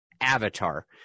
avatar